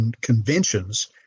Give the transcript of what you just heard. conventions